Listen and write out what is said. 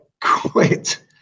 quit